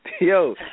Yo